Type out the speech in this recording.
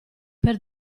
per